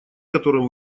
которым